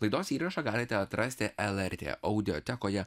laidos įrašą galite atrasti lrt audiotekoje